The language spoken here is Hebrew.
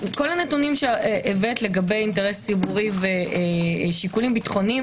כל הנתונים שהבאת לגבי אינטרס ציבורי ושיקולים ביטחוניים